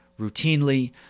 routinely